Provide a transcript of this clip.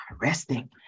resting